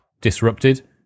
disrupted